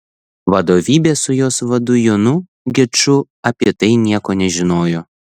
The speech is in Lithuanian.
vadovybė su jos vadu jonu geču apie tai nieko nežinojo